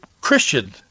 christian